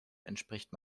entspricht